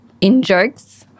in-jokes